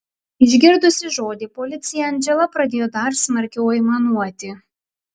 išgirdusi žodį policija andžela pradėjo dar smarkiau aimanuoti